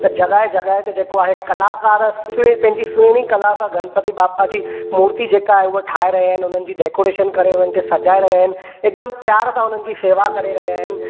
त जॻहि जॻहि ते जेको आहे कलाकार सुइं पंहिंजी सुहिणी कला सां गणपति बप्पा जी मूर्ति जेके आहे उहे ठाहे रहिया आहिनि हुननि जी डेकोरेशन करे हुननि के सजाए रहिया आहिनि एक दम प्यार सां हुननि जी सेवा करे रहिया आहिनि